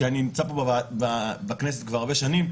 כי אני נמצא פה בכנסת כבר הרבה שנים,